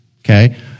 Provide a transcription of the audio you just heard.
Okay